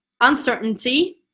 uncertainty